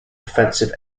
defensive